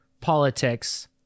politics